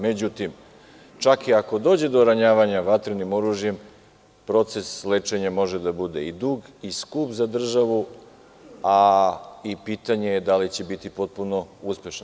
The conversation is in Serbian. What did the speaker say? Međutim, čak i ako dođe do ranjavanja vatrenim oružjem, proces lečenja može da bude i dug i skup za državu, a pitanje je i da li će biti potpuno uspešan.